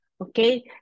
Okay